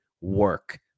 work